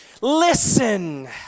listen